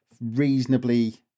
reasonably